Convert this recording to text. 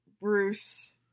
Bruce